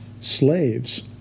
Slaves